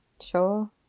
sure